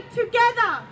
together